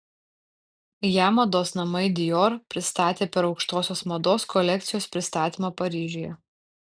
ją mados namai dior pristatė per aukštosios mados kolekcijos pristatymą paryžiuje